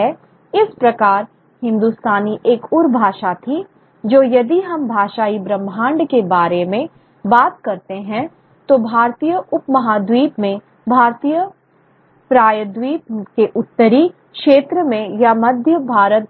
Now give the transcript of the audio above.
इस प्रकार हिंदुस्तानी एक उर भाषा थी जो यदि हम भाषाई ब्रह्मांड के बारे में बात करते हैं तो भारतीय उपमहाद्वीप में भारतीय प्रायद्वीप के उत्तरी क्षेत्र में या मध्य भारत